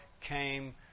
came